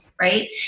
right